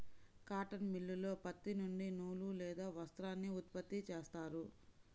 cotton మిల్లులో పత్తి నుండి నూలు లేదా వస్త్రాన్ని ఉత్పత్తి చేస్తారు